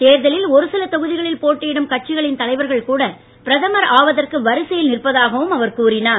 தேர்தலில் ஒரு சில தொகுதிகளில் போட்டியிடும் கட்சிகளின் தலைவர்கள் கூட பிரதமர் ஆவதற்கு வரிசையில் நிற்பதாகவும் அவர் கூறினார்